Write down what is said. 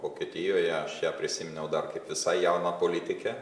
vokietijoje aš ją prisiminiau dar kaip visai jauną politikę